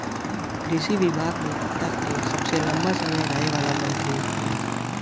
कृषि विभाग मे अब तक के सबसे लंबा समय रहे वाला मंत्री हउवन